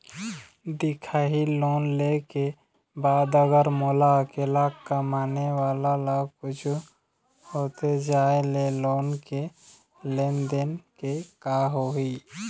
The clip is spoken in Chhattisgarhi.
दिखाही लोन ले के बाद अगर मोला अकेला कमाने वाला ला कुछू होथे जाय ले लोन के लेनदेन के का होही?